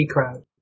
Crowd